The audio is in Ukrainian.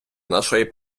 нашої